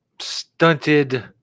stunted